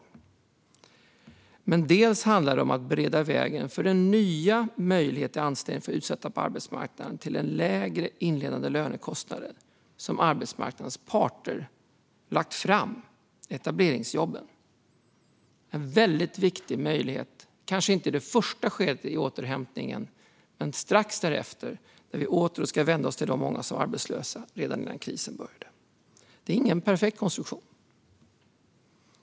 Förslaget handlar också om att bereda vägen för den här nya möjligheten till anställning för utsatta på arbetsmarknaden till en lägre inledande lönekostnad, det vill säga etableringsjobben, som arbetsmarknadens parter har lagt fram. Detta utgör en väldigt viktig möjlighet, om kanske än inte i det första skedet av återhämtningen. Men det är viktigt strax därefter då vi åter ska vända oss till de många som var arbetslösa redan innan krisen började. Det här är ingen perfekt konstruktion.